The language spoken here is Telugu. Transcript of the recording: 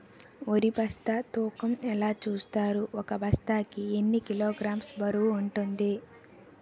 వరి బస్తా తూకం ఎలా చూస్తారు? ఒక బస్తా కి ఎన్ని కిలోగ్రామ్స్ బరువు వుంటుంది?